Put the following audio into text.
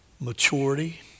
maturity